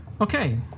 Okay